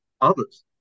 others